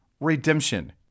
redemption